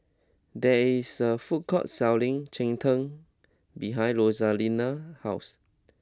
there is a food court selling Cheng Tng behind Rosalinda's house